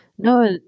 No